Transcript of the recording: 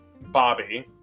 Bobby